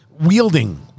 Wielding